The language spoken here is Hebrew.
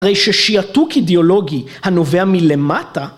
הרי ששיעתוק אידיאולוגי הנובע מלמטה